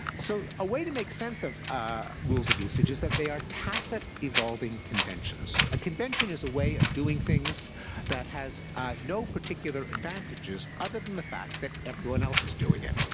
so a way to make sense of ah rules of usage is that they are tacit, evolving conventions. a convention is a way of doing things that has no particular advantages other than the fact that everyone else is doing it.